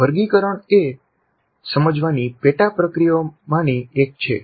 વર્ગીકરણ એ સમજવાની પેટા પ્રક્રિયાઓમાંની એક છે